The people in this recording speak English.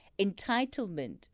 entitlement